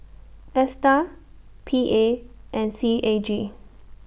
ASTAR P A and C A G